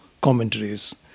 commentaries